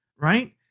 right